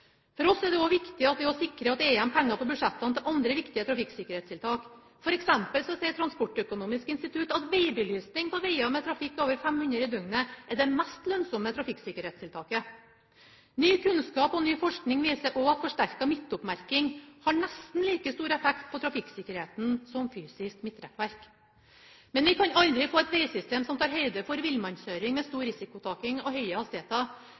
For oss er det også viktig at vi sikrer at det er igjen penger på budsjettene til andre viktige trafikksikkerhetstiltak. For eksempel sier Transportøkonomisk institutt at vegbelysning på veger med trafikk over 500 i døgnet er det mest lønnsomme trafikksikkerhetstiltaket. Ny kunnskap og ny forskning viser også at forsterket midtoppmerking har nesten like stor effekt på trafikksikkerheten som fysisk midtrekkverk. Vi kan aldri få et vegsystem som tar høyde for villmannskjøring med stor risikotaking og høye